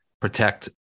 protect